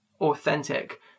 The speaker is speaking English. authentic